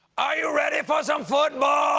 are you ready for some football